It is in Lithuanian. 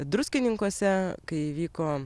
druskininkuose kai įvyko